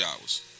hours